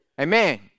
Amen